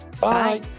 bye